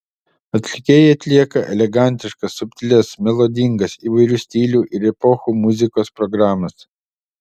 atlikėjai atlieka elegantiškas subtilias melodingas įvairių stilių ir epochų muzikos programas